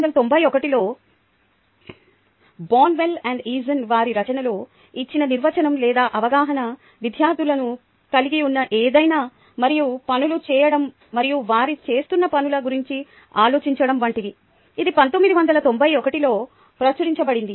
1991 లో బోన్వెల్ మరియు ఈసన్ వారి రచనలో ఇచ్చిన నిర్వచనం లేదా అవగాహన విద్యార్థులను కలిగి ఉన్న ఏదైనా మరియు పనులు చేయడం మరియు వారు చేస్తున్న పనుల గురించి ఆలోచించడం వంటివి ఇది 1991 లో ప్రచురించబడింది